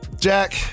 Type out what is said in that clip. Jack